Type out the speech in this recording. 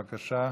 בבקשה.